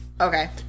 Okay